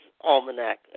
almanac